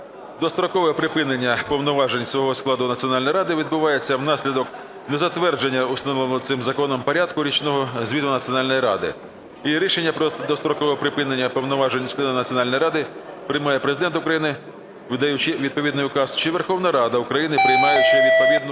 "Дострокове припинення повноважень всього складу Національної ради відбувається внаслідок незатвердження у встановленому цим Законом порядку річного звіту Національної ради. Рішення про дострокове припинення повноважень члена Національної ради приймає Президент України – видаючи відповідний указ, чи Верховна Рада України – приймаючи відповідну